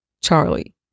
Charlie